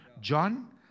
John